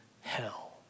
hell